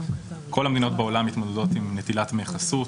כל המדינות בעולם מתמודדות עם נטילת דמי חסות,